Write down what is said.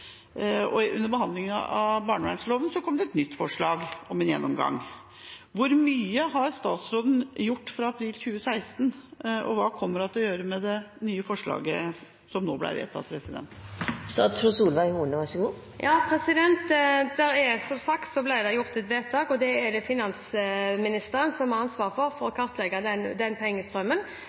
på. Under behandlingen av barnevernloven kom det et nytt forslag om gjennomgang. Hvor mye har statsråden gjort fra april 2016, og hva kommer hun til å gjøre med det nye forslaget som ble vedtatt? Som sagt ble det fattet et vedtak, og det er finansministeren som har ansvaret for å kartlegge den pengestrømmen,